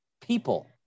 people